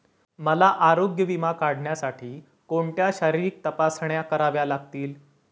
मला आरोग्य विमा काढण्यासाठी कोणत्या शारीरिक तपासण्या कराव्या लागतील?